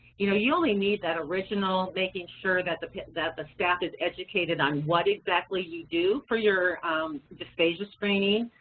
you know you only need that original making sure that the that the staff is educated on what exactly you do for your dysphagia screening,